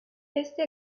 este